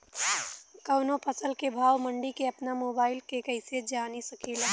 कवनो फसल के भाव मंडी के अपना मोबाइल से कइसे जान सकीला?